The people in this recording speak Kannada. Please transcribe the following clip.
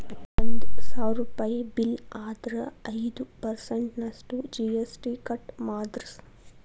ಒಂದ್ ಸಾವ್ರುಪಯಿ ಬಿಲ್ಲ್ ಆದ್ರ ಐದ್ ಪರ್ಸನ್ಟ್ ನಷ್ಟು ಜಿ.ಎಸ್.ಟಿ ಕಟ್ ಮಾದ್ರ್ಸ್